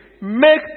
Make